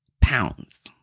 pounds